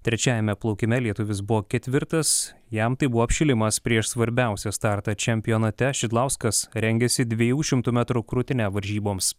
trečiajame plaukime lietuvis buvo ketvirtas jam tai buvo apšilimas prieš svarbiausią startą čempionate šidlauskas rengiasi dviejų šimtų metrų krūtine varžyboms